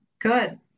good